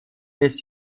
des